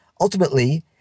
Ultimately